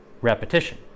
repetition